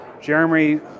Jeremy